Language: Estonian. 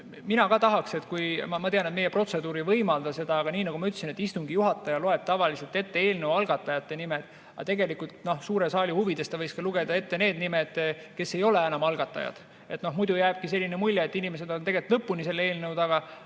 mina ka tahaksin, kuigi ma tean, et meie protseduur ei võimalda seda, aga nii nagu ma ütlesin, et istungi juhataja loeb tavaliselt ette eelnõu algatajate nimed. Tegelikult suure saali huvides ta võiks lugeda ette ka need nimed, kes ei ole enam algatajad. Muidu jääbki selline mulje, et inimesed on lõpuni selle eelnõu taga,